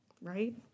Right